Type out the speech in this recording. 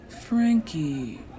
Frankie